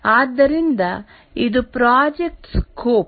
ಆದ್ದರಿಂದ ಇದು project scope